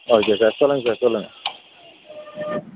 okay sir சொல்லுங்க sir சொல்லுங்க